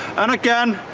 and again,